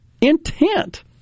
intent